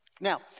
Now